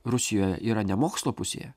rusijoje yra ne mokslo pusėje